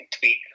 tweak